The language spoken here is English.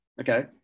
okay